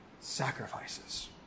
sacrifices